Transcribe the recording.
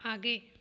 आगे